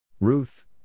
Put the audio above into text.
Ruth